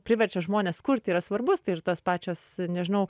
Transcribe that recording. priverčia žmones kurti yra svarbus tai ir tos pačios nežinau